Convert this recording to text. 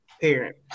parent